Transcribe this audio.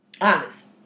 honest